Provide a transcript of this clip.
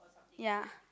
ya